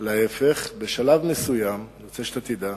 להיפך, בשלב מסוים, אני רוצה שתדע,